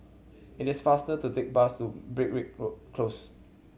it is faster to take bus to Road Close